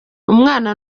umwana